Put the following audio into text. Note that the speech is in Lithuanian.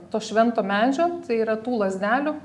to švento medžio tai yra tų lazdelių